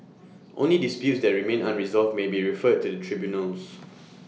only disputes that remain unresolved may be referred to the tribunals